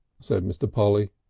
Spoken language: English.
said mr. polly.